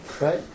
Right